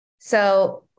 So-